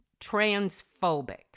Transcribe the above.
Transphobic